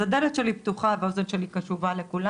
אז הדלת שלי פתוחה והאוזן שלי קשובה לכולם